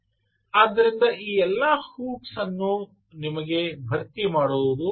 ಆದ್ದರಿಂದ ಈ ಎಲ್ಲಾ ಹೂಪ್ಸ್ ಅನ್ನುನಿಮಗೆ ಭರ್ತಿ ಮಾಡುವುದು ವಶ